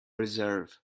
reserve